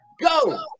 go